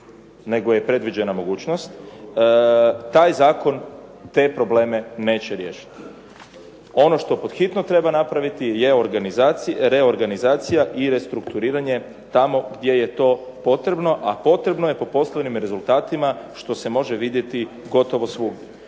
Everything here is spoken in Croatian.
nego je predviđena mogućnost, taj zakon te probleme neće riješiti. Ono što pod hitno treba napraviti je reorganizacija i restrukturiranje tamo gdje je to potrebno a potrebno je po poslovnim rezultatima što se može vidjeti gotovo